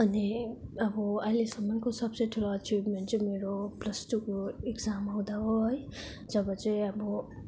अनि अब अहिलेसम्मको सबसे ठुलो अचिभमेन्ट चाहिँ मेरो प्लस टूको इक्जाम हुँदा हो है जब चाहिँ अब